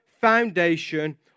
foundation